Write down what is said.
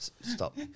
stop